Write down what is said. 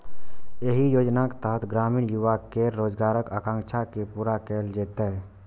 एहि योजनाक तहत ग्रामीण युवा केर रोजगारक आकांक्षा के पूरा कैल जेतै